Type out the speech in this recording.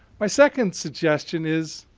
my second suggestion is